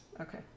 Okay